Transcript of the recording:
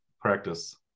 practice